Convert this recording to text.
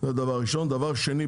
דבר שני,